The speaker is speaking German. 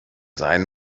sein